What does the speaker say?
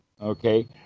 Okay